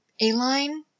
A-line